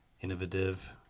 innovative